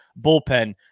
bullpen